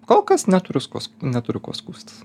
kol kas neturiu skųs neturiu kuo skųstis